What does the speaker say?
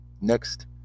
Next